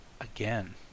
again